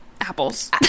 Apples